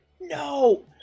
no